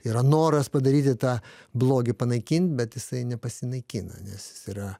yra noras padaryti tą blogį panaikint bet jisai nepasinaikina nes jis yra